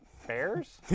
Fairs